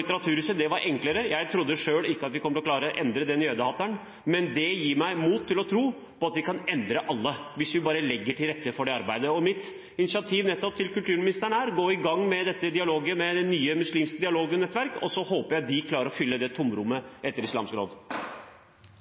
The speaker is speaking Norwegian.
Litteraturhuset. Det var enklere. Jeg trodde ikke selv vi kom til å klare å endre den jødehateren, men det ga meg mot til å tro at vi kan endre alle hvis vi bare legger til rette for det arbeidet. Min oppfordring til kulturministeren er å gå i gang med dialogen med det nye Muslimsk Dialognettverk Norge, og så håper jeg de klarer å fylle tomrommet etter Islamsk Råd